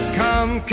come